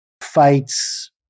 fights